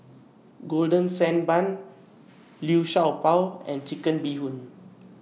Golden Sand Bun Liu Sha Bao and Chicken Bee Hoon